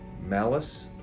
malice